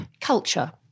Culture